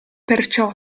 perciò